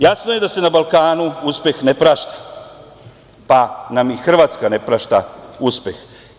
Jasno je da se na Balkanu uspeh ne prašta, pa nam i Hrvatska ne prašta uspeh.